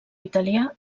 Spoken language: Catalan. italià